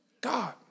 God